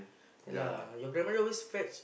lah your grandmother always fetch